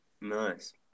Nice